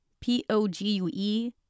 P-O-G-U-E